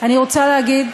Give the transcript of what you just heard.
אני רוצה להגיד,